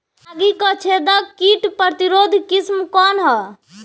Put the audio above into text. रागी क छेदक किट प्रतिरोधी किस्म कौन ह?